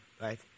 right